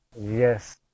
Yes